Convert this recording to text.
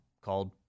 called